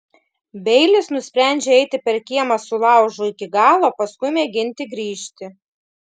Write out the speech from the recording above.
beilis nusprendžia eiti per kiemą su laužu iki galo paskui mėginti grįžti